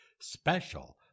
special